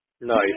Nice